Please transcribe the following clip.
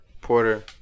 Porter